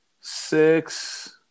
six